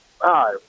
Hi